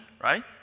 right